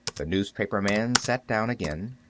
the newspaperman sat down again.